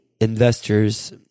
investors